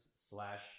slash